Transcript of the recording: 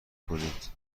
کنید